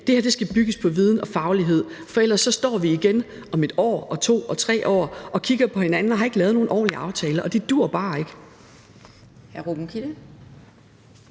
Det her skal bygges på viden og faglighed, for ellers står vi igen om 1 år, om 2 år, om 3 år og kigger på hinanden og har ikke lavet nogen ordentlige aftaler, og det duer bare ikke.